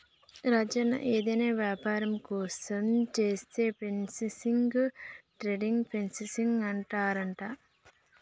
రాజన్న ఏదైనా వ్యాపారం కోసం చేసే ఫైనాన్సింగ్ ను ట్రేడ్ ఫైనాన్సింగ్ అంటారంట